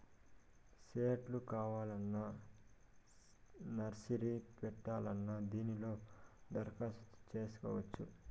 సెట్లు కావాలన్నా నర్సరీ పెట్టాలన్నా దీనిలో దరఖాస్తు చేసుకోవచ్చు